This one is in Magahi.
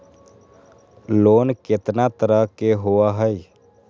लोन केतना तरह के होअ हई?